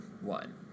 one